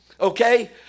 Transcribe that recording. okay